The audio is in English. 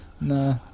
No